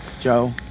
Joe